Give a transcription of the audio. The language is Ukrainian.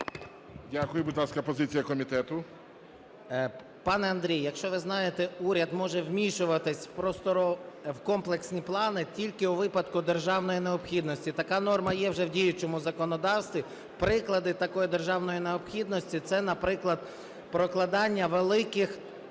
Дякую. Будь ласка, позиція комітету. 10:55:08 СОЛЬСЬКИЙ М.Т. Пане Андрій, якщо ви знаєте, уряд може вмішуватися в комплексні плани тільки у випадку державної необхідності. Така норма є вже в діючому законодавстві. Приклади такої державної необхідності – це, наприклад, прокладання великих